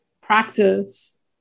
practice